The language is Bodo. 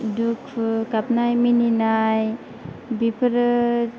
दुखु गाबनाय मिनिनाय बेफोरो